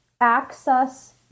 access